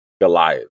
goliath